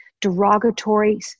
derogatory